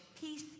peace